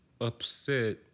upset